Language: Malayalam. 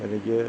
എനിക്ക്